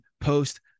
post